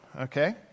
okay